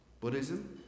Buddhism